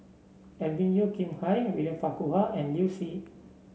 Alvin Yeo Khirn Hai William Farquhar and Liu Si